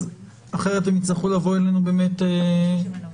אז אחרת הם יצטרכו לבוא אלינו באמת --- ב-30 בנובמבר.